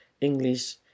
English